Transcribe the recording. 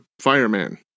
Fireman